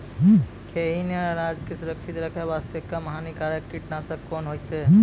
खैहियन अनाज के सुरक्षित रखे बास्ते, कम हानिकर कीटनासक कोंन होइतै?